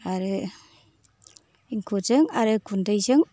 आरो इंखुरजों आरो गुन्दैजों